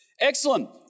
Excellent